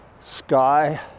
sky